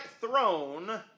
throne